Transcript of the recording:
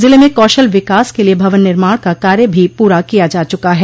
जिले में कौशल विकास के लिये भवन निर्माण का कार्य भी पूरा किया जा चुका है